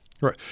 Right